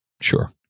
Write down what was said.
Sure